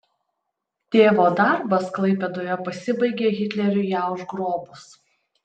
tėvo darbas klaipėdoje pasibaigė hitleriui ją užgrobus